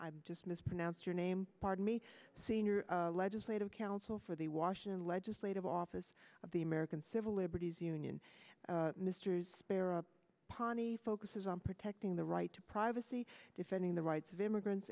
i'm just mispronounced your name pardon me senior legislative counsel for the washington legislative office of the american civil liberties union ministers spera pani focuses on protecting the right to privacy defending the rights of immigrants